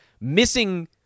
missing